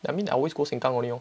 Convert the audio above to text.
I mean I always go sengkang only orh